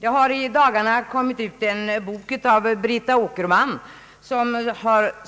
Det har i dagarna kommit ut en bok av Brita Åkerman;